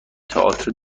تئاتر